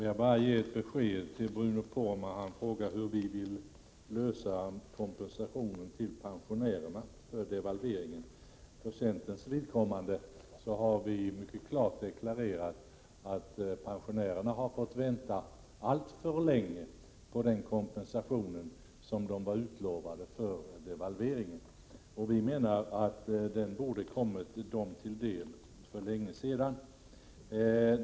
Herr talman! Får jag ge besked till Bruno Poromaa. Han frågade hur vi vill lösa pensionärernas kompensation för devalveringen. För centerpartiets vidkommande har vi mycket klart deklarerat att pensionärerna har fått vänta alltför länge på den kompensation som de utlovades. Vi menar att den borde kommit dem till del för länge sedan.